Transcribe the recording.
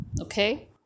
okay